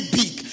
big